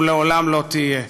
ולעולם לא תהיה.